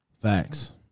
Facts